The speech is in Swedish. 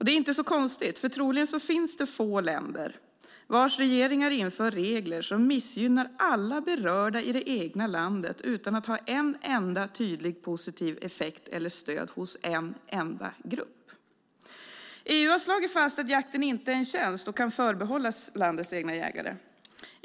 Det är inte så konstigt eftersom det troligen finns få länder vars regeringar inför regler som missgynnar alla berörda i det egna landet utan att ha en enda tydlig positiv effekt eller stöd hos en enda grupp. EU har slagit fast att jakten inte är en tjänst som kan förbehållas landets egna jägare.